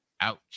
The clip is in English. Ouch